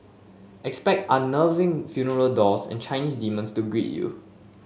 expect unnerving funeral dolls and Chinese demons to greet you